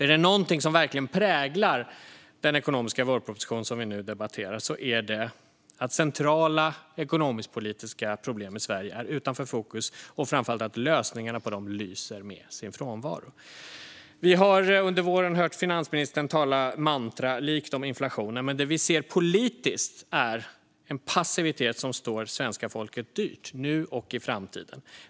Är det någonting som verkligen präglar den ekonomiska vårproposition som vi nu debatterar är det att centrala ekonomisk-politiska problem i Sverige är utanför fokus och framför allt att lösningar på dem lyser med sin frånvaro. Vi har under våren hört finansministern tala mantralikt om inflationen. Men det vi ser är en politisk passivitet som står svenska folket dyrt, nu och i framtiden.